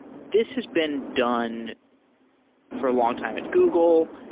this has been done for a long time at google.